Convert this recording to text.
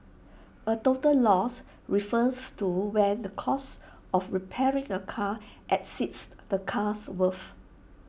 A total loss refers to when the cost of repairing A car exceeds the car's worth